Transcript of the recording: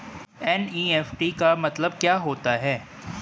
NEFT का मतलब क्या होता है?